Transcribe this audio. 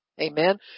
Amen